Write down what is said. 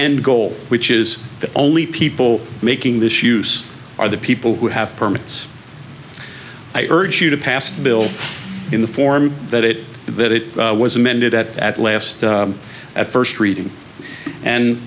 end goal which is the only people making this use are the people who have permits i urge you to pass the bill in the form that it that it was amended at at last at first reading and